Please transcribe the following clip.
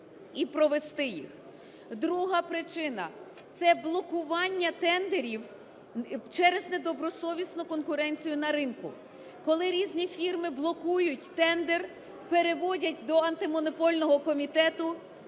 Друга причина – це блокування тендерів через недобросовісну конкуренцію на ринку, коли різні фірми блокують тендер, переводять до Антимонопольного комітету,